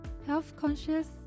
health-conscious